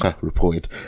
reported